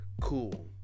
Cool